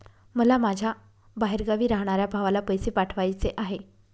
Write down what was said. मला माझ्या बाहेरगावी राहणाऱ्या भावाला पैसे पाठवायचे आहे